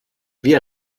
via